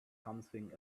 something